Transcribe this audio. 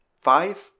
Five